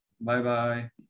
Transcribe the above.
Bye-bye